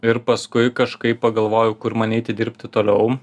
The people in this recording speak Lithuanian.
ir paskui kažkaip pagalvojau kur man eiti dirbti toliau